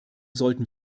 sollten